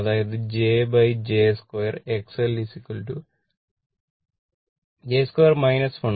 അതിനാൽ jj2 XL j2 1